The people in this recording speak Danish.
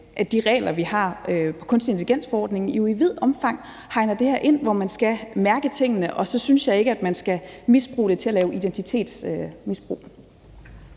at de regler, vi har i forordningen om kunstig intelligens, jo i vidt omfang hegner det her ind ved at slå fast, at man skal mærke tingene. Og så synes jeg ikke, man skal bruge det til at lave identitetsmisbrug.